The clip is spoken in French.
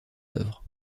œuvres